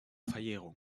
verjährung